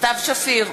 סתיו שפיר,